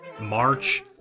march